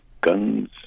guns